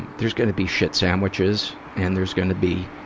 and there's gonna be shit sandwiches and there's gonna be,